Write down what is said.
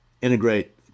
integrate